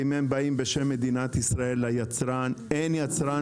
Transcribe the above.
אם הם באים בשם מדינת ישראל ליצרן אין יצרן